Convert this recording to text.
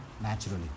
naturally